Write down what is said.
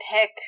pick